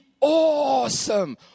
awesome